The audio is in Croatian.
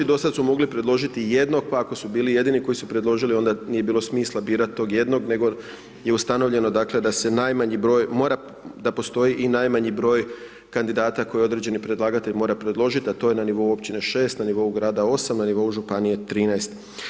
Do sada su mogli predložiti jedno, pa ako su bili jedini ako su predložili, onda nije bilo smisla birati tog jednog, nego je ustanovljeno dakle da se najmanji broj mora, da postoji najmanji broj kandidata koji određeni predlagatelj mora predložiti, a to je na nivou općine 6 na nivou grada 8 na nivou županije 13.